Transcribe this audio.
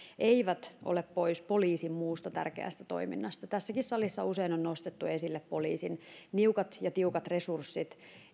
eivät ole pois poliisin muusta tärkeästä toiminnasta tässäkin salissa usein on nostettu esille poliisin niukat ja tiukat resurssit